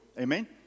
Amen